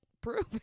prove